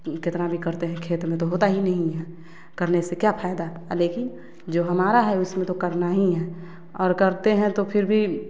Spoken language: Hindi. कितना भी करते हैं खेत में तो होता ही नहीं हैं करने से क्या फायदा लेकिन जो हमारा हैं उसमें तो करना ही हैं और करते हैं तो फिर भी